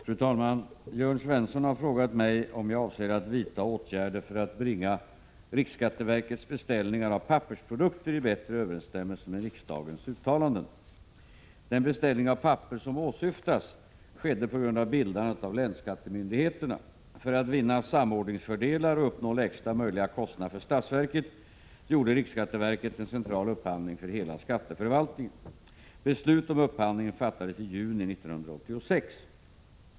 Fru talman! Jörn Svensson har frågat mig om jag avser att vidta åtgärder för att bringa riksskatteverkets beställningar av pappersprodukter i bättre överensstämmelse med riksdagens uttalanden. Den beställning av papper som åsyftas skedde på grund av bildandet av länsskattemyndigheterna. För att vinna samordningsfördelar och uppnå lägsta möjliga kostnad för statsverket gjorde riksskatteverket en central upphandling för hela skatteförvaltningen. Beslut om upphandlingen fattades i juni 1986.